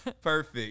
Perfect